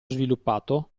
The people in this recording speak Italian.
sviluppato